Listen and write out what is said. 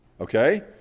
okay